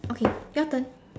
okay your turn